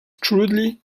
crudely